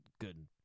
good